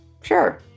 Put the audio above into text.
sure